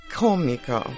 comica